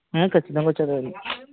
కచ్చితంగా వచ్చేసేయాలి